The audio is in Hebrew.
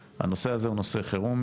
הנושא הזה הוא נושא חירום,